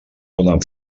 poden